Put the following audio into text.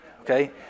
Okay